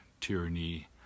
tyranny